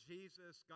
Jesus